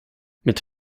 mit